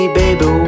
baby